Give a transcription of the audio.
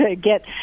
Get